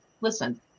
listen